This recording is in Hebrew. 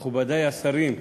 מכובדי השרים,